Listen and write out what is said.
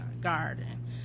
garden